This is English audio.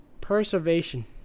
preservation